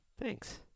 thanks